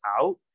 out